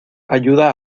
ayuda